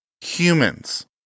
humans